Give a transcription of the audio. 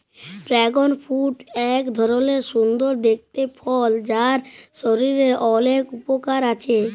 dragon fruit এক ধরলের সুন্দর দেখতে ফল যার শরীরের অলেক উপকার আছে